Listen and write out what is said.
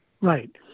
Right